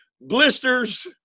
Blisters